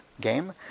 game